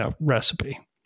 recipe